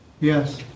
Yes